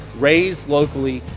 raised locally.